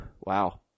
Wow